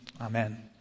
Amen